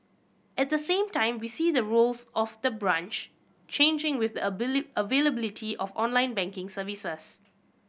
at the same time we see the roles of the branch changing with the availability of online banking services